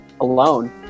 alone